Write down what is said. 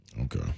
Okay